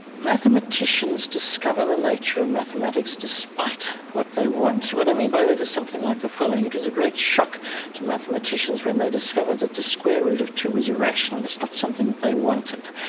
mathematicians discover the nature of mathematics despite what they want. what i mean by that is something like the following. it was a great shock to mathematicians when they discovered that the square root of two is irrational. that's not something that they wanted.